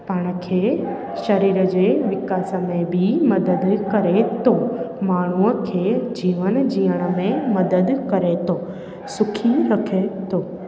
पाण खे शरीर जे विकास में बि मदद करे थो माण्हूअ खे जीवनु जीअण में मदद करे थो सुखी रखे थो